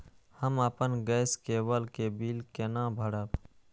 हम अपन गैस केवल के बिल केना भरब?